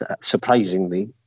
surprisingly